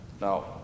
Now